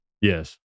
Yes